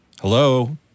Hello